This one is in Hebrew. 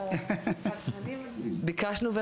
הנתון של חמישה לומדים הוא בוודאות לא נכון.